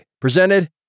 presented